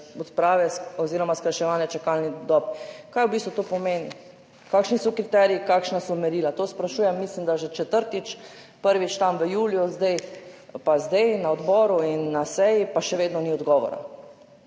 odprave oziroma skrajševanja čakalnih dob? Kaj v bistvu to pomeni? Kakšni so kriteriji, kakšna so merila? To sprašujem, mislim da, že četrtič. Prvič tam v juliju, pa zdaj na odboru in na seji pa še vedno ni odgovora.